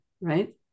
right